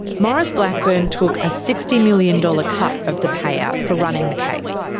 maurice blackburn took a sixty million dollars cut of the payout for running the case.